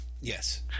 Yes